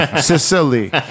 Sicily